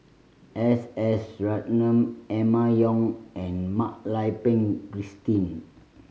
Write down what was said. S S Ratnam Emma Yong and Mak Lai Peng Christine